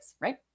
right